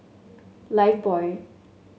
lifebuoy